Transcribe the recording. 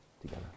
together